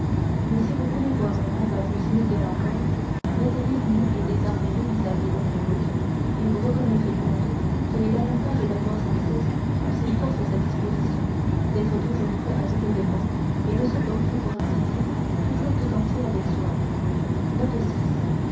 mais si vous voulez voir un combat plus inégal encore mettez-les nus et désarmés vis-à-vis l'un de l'autre et vous reconnaîtrez bientôt quel est l'avantage d'avoir sans cesse toutes ses forces à sa disposition d'être toujours prêt à tout événement et de se porter pour ainsi dire toujours tout entier avec soi